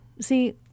See